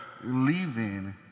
leaving